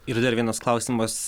ir dar vienas klausimas